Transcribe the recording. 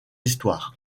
histoire